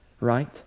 right